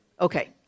Okay